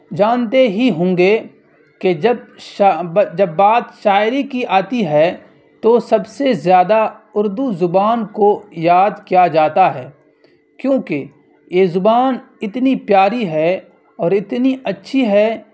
جانتے ہی ہوں گے کہ جب جب بات شاعری کی آتی ہے تو سب سے زیادہ اردو زبان کو یاد کیا جاتا ہے کیوںکہ یہ زبان اتنی پیاری ہے اور اتنی اچھی ہے